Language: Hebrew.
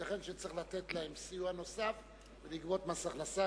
ייתכן שצריך לתת להם סיוע נוסף ולגבות מס הכנסה,